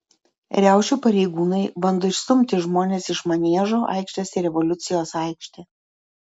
riaušių pareigūnai bando išstumti žmones iš maniežo aikštės į revoliucijos aikštę